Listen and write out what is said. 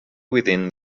within